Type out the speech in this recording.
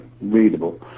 readable